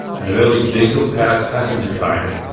an early diesel-powered passenger train,